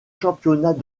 championnats